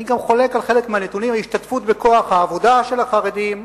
אני גם חולק על חלק מהנתונים על ההשתתפות בכוח העבודה של החרדים,